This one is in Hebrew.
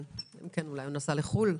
אולי הוא נסע לחו"ל.